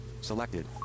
Selected